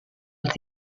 els